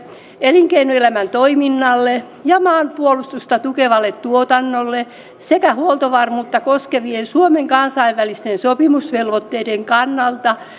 elinkeinoelämän toiminnalle ja maanpuolustusta tukevalle tuotannolle sekä huoltovarmuutta koskeville suomen kansainvälisten sopimusvelvoitteille